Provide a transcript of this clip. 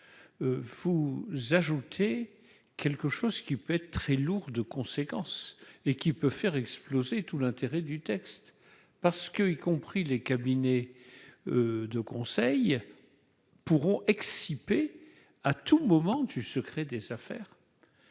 fou ajouter quelque chose qui peut être très lourde de conséquences et qui peut faire exploser tout l'intérêt du texte parce que, y compris les cabinets de conseil pourront exciper à tout moment du secret des affaires,